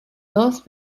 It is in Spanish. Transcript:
dos